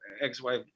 ex-wife